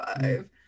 five